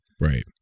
Right